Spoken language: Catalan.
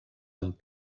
amb